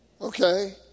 Okay